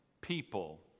people